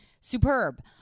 superb